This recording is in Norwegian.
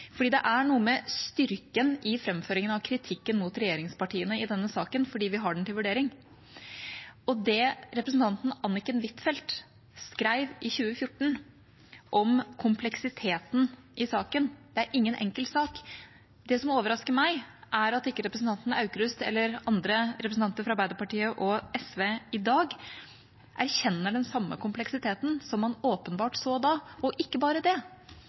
det er noe med styrken i framføringen av kritikken mot regjeringspartiene i denne saken fordi vi har den til vurdering. Representanten Anniken Huitfeldt skrev i 2014 om kompleksiteten i saken, at det ikke er noen enkel sak. Det som overrasker meg, er at ikke representanten Aukrust eller andre representanter fra Arbeiderpartiet og SV i dag erkjenner den samme kompleksiteten som man åpenbart så da. Og ikke bare det: